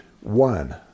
one